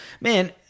Man